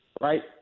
right